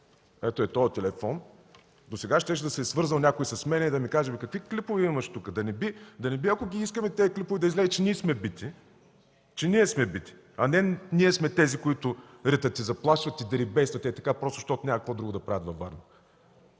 ето, по този телефон (показва) досега щеше да се е свързал някой с мен и да ми каже: „Бе, какви клипове имаш тук?” Да не би, ако ги искаме тези клипове, да излезе, че ние сме бити, а не ние сме тези, които ритат и заплашват, и дерибействат ей така просто защото няма какво друго да правят във Варна?